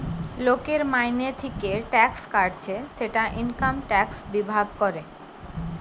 লোকের মাইনে থিকে ট্যাক্স কাটছে সেটা ইনকাম ট্যাক্স বিভাগ করে